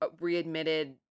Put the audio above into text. readmitted